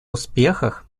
успехах